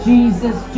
Jesus